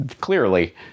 clearly